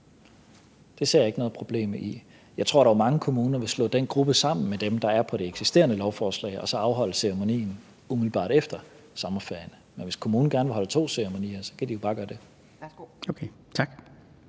Det ser jeg ikke noget problem i. Jeg tror dog, at mange kommuner vil slå den gruppe sammen med dem, der er på det eksisterende lovforslag, og afholde ceremonien umiddelbart efter sommerferien. Men hvis kommunerne gerne vil holde to ceremonier, kan de jo bare